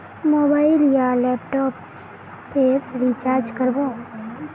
Mobile या laptop पेर recharge कर बो?